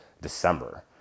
December